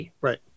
right